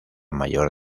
mayor